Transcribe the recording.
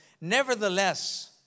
nevertheless